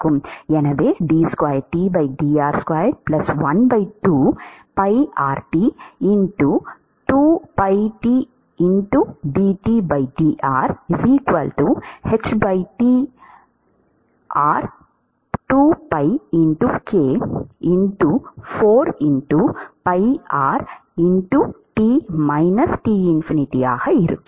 எனவே d 2T dr2 1 2pirt 2pitdtdr h k2pirt 4pir T T∞ஆக இருக்கும்